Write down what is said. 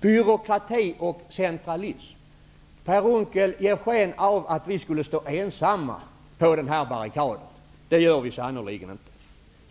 Byråkrati och centralism, talade Per Unckel om. Per Unckel ger sken av att vi skulle stå ensamma på den här barrikaden. Det gör vi sannerligen inte.